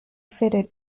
fitted